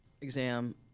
exam